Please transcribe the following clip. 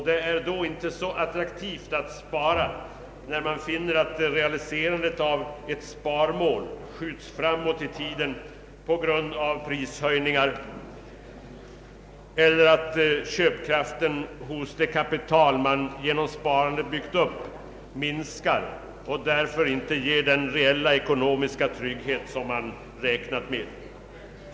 Det är inte så attraktivt att spara, när man finner att realiserandet av ett sparmål skjuts framåt i tiden på grund av prishöjningar eller att köpkraften hos det kapital man genom sparande byggt upp minskar och därför inte ger den reella ekonomiska trygghet man räknat med.